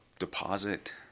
deposit